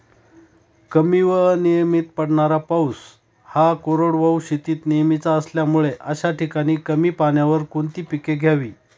कमी व अनियमित पडणारा पाऊस हा कोरडवाहू शेतीत नेहमीचा असल्यामुळे अशा ठिकाणी कमी पाण्यावर कोणती पिके घ्यावी?